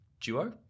duo